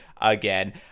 again